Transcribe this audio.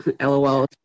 LOL